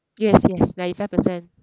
yes yes ninety five percent